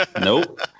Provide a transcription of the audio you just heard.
Nope